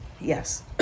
yes